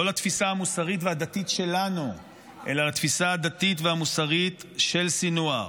לא לתפיסה המוסרית והדתית שלנו אלא לתפיסה הדתית והמוסרית של סנוואר.